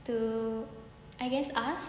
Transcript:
to I guess us